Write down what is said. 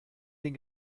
den